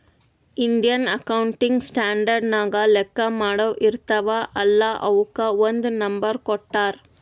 Indian accounting standard ನಾಗ್ ಲೆಕ್ಕಾ ಮಾಡಾವ್ ಇರ್ತಾವ ಅಲ್ಲಾ ಅವುಕ್ ಒಂದ್ ನಂಬರ್ ಕೊಟ್ಟಾರ್